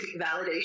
validation